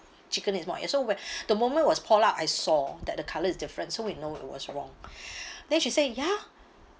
chicken is more and so when the moment it was poured out I saw that the colour is different so we know it was wrong then she say ya